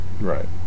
Right